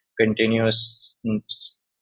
continuous